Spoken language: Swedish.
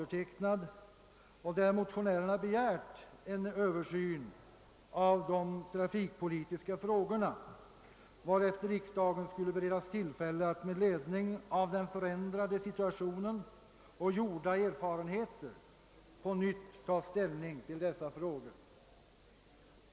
Motionärerna har där begärt en översyn av de trafikpolitiska frågorna, varefter riksdagen skulle beredas tillfälle att med ledning av den förändrade situationen och gjorda erfarenheter på nytt ta ställning till dessa frågor.